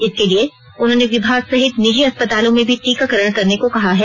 इसके लिए उन्होंने विभाग सहित निजी अस्पतालों में भी टीकाकरण करने को कहा है